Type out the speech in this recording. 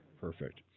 perfect